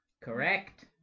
Correct